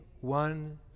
one